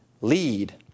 lead